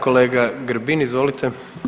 Kolega Grbin, izvolite.